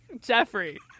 Jeffrey